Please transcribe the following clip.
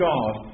God